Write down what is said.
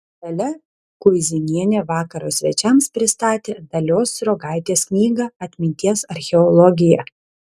dalia kuizinienė vakaro svečiams pristatė dalios sruogaitės knygą atminties archeologija